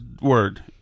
word